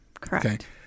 Correct